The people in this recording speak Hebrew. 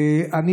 נא לסיים.